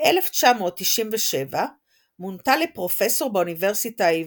ב-1997 מונתה לפרופסור באוניברסיטה העברית.